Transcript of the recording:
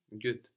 Good